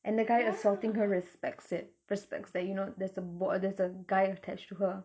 and the guy assaulting her respects it respects that you know there's a boy there's a guy attached to her